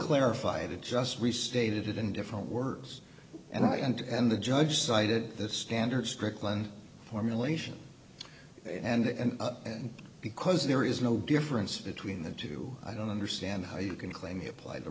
clarify it it just restated it in different words and i and the judge cited the standard strickland formulation and and and because there is no difference between the two i don't understand how you can claim he applied the